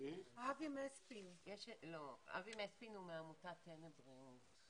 אבי מספין, טנא בריאות.